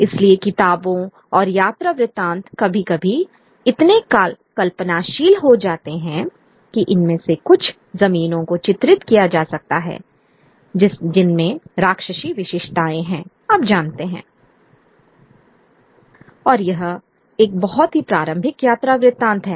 इसलिए किताबों और यात्रा वृतांत कभी कभी इतने कल्पनाशील हो जाते हैं कि इनमें से कुछ जमीनों को चित्रित किया जा सकता है जिनमें राक्षसी विशेषताएं हैं आप जानते हैंI और यह एक बहुत ही प्रारंभिक यात्रा वृत्तांत है